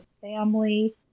family